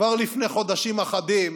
כבר לפני חודשים אחדים